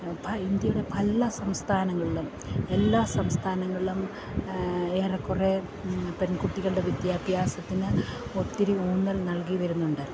ഇന്ത്യയുടെ പല സംസ്ഥാനങ്ങളിലും എല്ലാ സംസ്ഥാനങ്ങളിലും ഏറെക്കുറെ പെൺകുട്ടികളുടെ വിദ്യാഭ്യാസത്തിന് ഒത്തിരി ഊന്നൽ നൽകിവരുന്നുണ്ട്